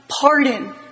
pardon